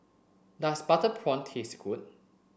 does butter prawn taste good